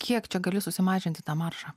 kiek čia gali susimažinti tą maršą